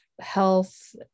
health